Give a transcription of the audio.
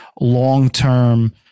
long-term